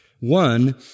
One